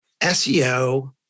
SEO